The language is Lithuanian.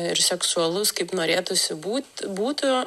ir seksualus kaip norėtųsi būt būtų